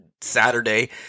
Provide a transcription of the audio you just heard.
Saturday